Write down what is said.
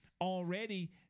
already